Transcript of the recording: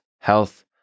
health